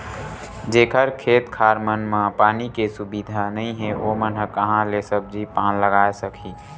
जेखर खेत खार मन म पानी के सुबिधा नइ हे ओमन ह काँहा ले सब्जी पान लगाए सकही